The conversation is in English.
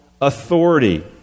authority